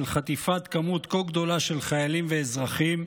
של חטיפת מספר כה גדול של חיילים ואזרחים,